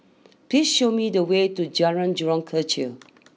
please show me the way to Jalan Jurong Kechil